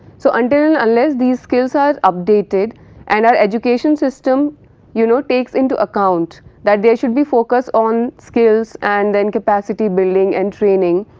so, until and unless these skills are updated and our education system you know takes into account that there should be focused on skills and then capacity building and training,